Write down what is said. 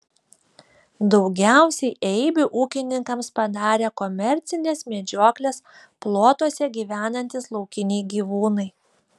daugiausiai eibių ūkininkams padarė komercinės medžioklės plotuose gyvenantys laukiniai gyvūnai